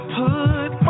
put